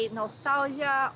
nostalgia